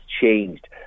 changed